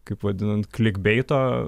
kaip vadinant klikbeito